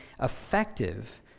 effective